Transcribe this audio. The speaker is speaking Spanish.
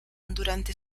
durante